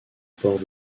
port